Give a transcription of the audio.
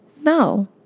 No